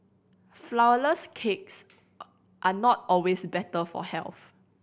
flourless cakes are not always better for health